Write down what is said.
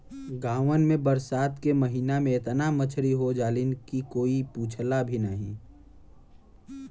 गांवन में बरसात के महिना में एतना मछरी हो जालीन की कोई पूछला भी नाहीं